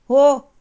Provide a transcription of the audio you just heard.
हो